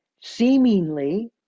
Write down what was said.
seemingly